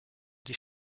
die